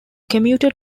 commuter